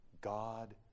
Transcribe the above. God